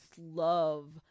love